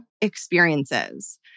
experiences